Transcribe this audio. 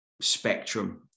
spectrum